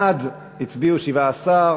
בעד הצביעו 17,